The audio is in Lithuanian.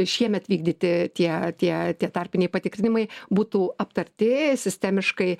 šiemet vykdyti tie tie tie tarpiniai patikrinimai būtų aptarti sistemiškai